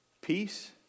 Peace